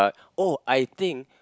uh oh I think